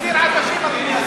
סיר עדשים נותנים